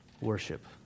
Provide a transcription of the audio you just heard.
Worship